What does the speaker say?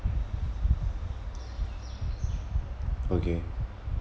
okay